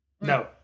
No